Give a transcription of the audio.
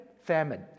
famine